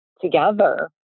together